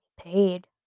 paid